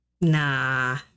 Nah